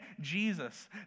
Jesus